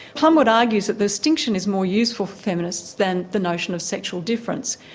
plumwood argues that the distinction is more useful for feminists than the notion of sexual difference,